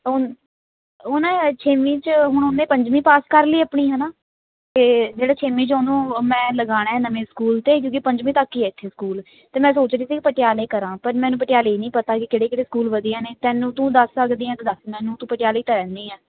ਉਹ ਉਹ ਨਾ ਛੇਵੀਂ 'ਚ ਹੁਣ ਉਹਨੇ ਪੰਜਵੀਂ ਪਾਸ ਕਰ ਲਈ ਆਪਣੀ ਹੈ ਨਾ ਅਤੇ ਜਿਹੜੇ ਛੇਵੀਂ 'ਚ ਉਹਨੂੰ ਮੈਂ ਲਗਾਣਾ ਨਵੇਂ ਸਕੂਲ ਤੇ ਕਿਉਂਕਿ ਪੰਜਵੀਂ ਤੱਕ ਹੀ ਇੱਥੇ ਸਕੂਲ ਅਤੇ ਮੈਂ ਸੋਚਦੀ ਸੀ ਪਟਿਆਲੇ ਕਰਾਂ ਪਰ ਮੈਨੂੰ ਪਟਿਆਲੇ ਇਹ ਨਹੀਂ ਪਤਾ ਕਿ ਕਿਹੜੇ ਕਿਹੜੇ ਸਕੂਲ ਵਧੀਆ ਨੇ ਤੈਨੂੰ ਤੂੰ ਦੱਸ ਸਕਦੀ ਆਂ ਤਾਂ ਦੱਸ ਮੈਨੂੰ ਤੂੰ ਪਟਿਆਲੇ ਤਾਂ ਰਹਿੰਦੀ ਆਂ